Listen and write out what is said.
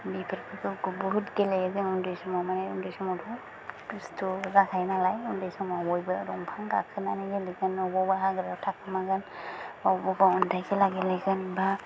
बेफोरखौ बहुद गेलेयो जों उन्दै समावनो उन्दै समावथ' दुस्थ' जाखायो नालाय उन्दै समाव बयबो दंफां गाखोनानै गेलेगोन अबावबा हाग्रायाव थाखोमागोन अबावबा अन्थाइ खेला गेलेगोन बा